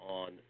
on